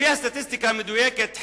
לפי הסטטיסטיקה המדויקת,